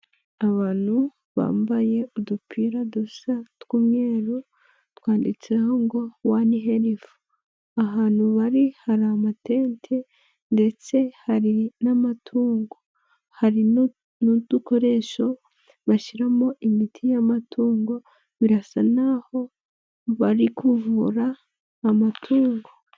Abantu bambaye udupira dusa tw'umweru twanditseho ngo" One Health". Ahantu bari hari amatente ndetse hari n'amatungo hari n'udukoresho bashyiramo imiti y'amatungo. Birasa naho bari kuvura amatungo.